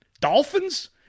Dolphins